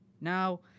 Now